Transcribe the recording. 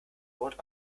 wort